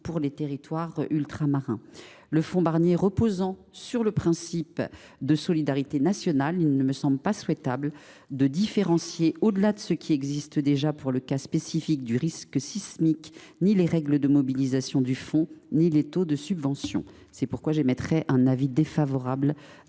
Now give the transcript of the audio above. de ces territoires. Le fonds Barnier reposant sur le principe de solidarité nationale, il ne me semble pas souhaitable de différencier, au delà de ce qui existe déjà pour le cas spécifique du risque sismique, ni les règles de mobilisation du fonds ni les taux de subvention applicables. C’est pourquoi j’émets un avis défavorable